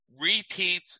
repeat